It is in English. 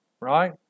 right